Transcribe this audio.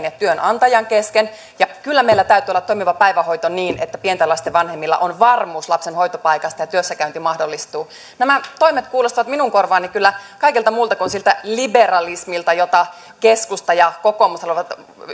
ja työnantajan kesken ja kyllä meillä täytyy olla toimiva päivähoito niin että pienten lasten vanhemmilla on varmuus lapsen hoitopaikasta ja työssäkäynti mahdollistuu nämä toimet kuulostavat minun korvaani kyllä kaikelta muulta kuin siltä liberalismilta jota keskusta ja kokoomus haluavat